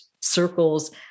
circles